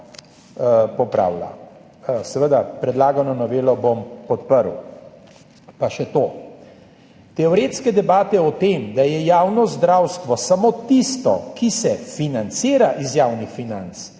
Seveda bom predlagano novelo podprl. Pa še to. Teoretske debate o tem, da je javno zdravstvo samo tisto, ki se financira iz javnih financ